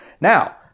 Now